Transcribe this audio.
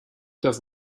das